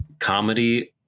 Comedy